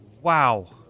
Wow